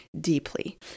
deeply